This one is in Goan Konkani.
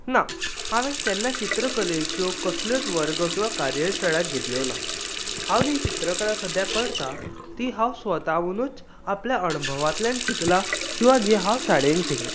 ना हांवें केन्ना चित्रकलेच्यो वर्ग वा कार्यशाळा घेतल्यो ना हांव जी चित्रकला सद्या करतां ती हांव स्वतावचूच आपल्या अणभवांतल्यान शिकला किंवा जी हांव शाळेंत शिकलां